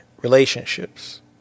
relationships